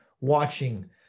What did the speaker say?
watching